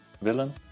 Willen